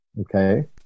okay